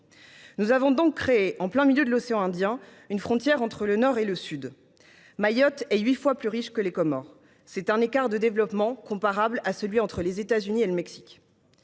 Nous avons donc créé, en plein milieu de l’océan Indien, une frontière entre le Nord et le Sud. Mayotte est huit fois plus riche que les Comores. Cet écart de développement est comparable à celui qui existe entre les États Unis et le Mexique.